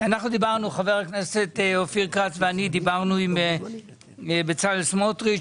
חבר הכנסת אופיר כץ ואני דיברנו עם בצלאל סמוטריץ',